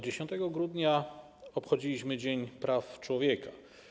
10 grudnia obchodziliśmy Dzień Praw Człowieka.